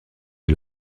des